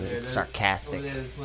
Sarcastic